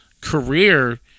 career